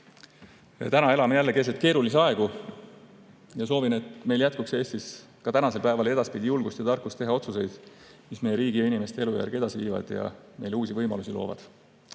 elame keset keerulisi aegu ja soovin, et meil jätkuks Eestis nii tänasel päeval kui ka edaspidi julgust ja tarkust teha otsuseid, mis meie riigi ja inimeste elujärge edasi viivad ja neile uusi võimalusi loovad.